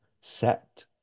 set